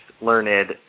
learned